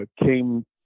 came